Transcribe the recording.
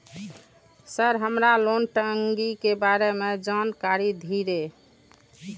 Sir हमरा loan टंगी के बारे में जान कारी धीरे?